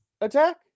attack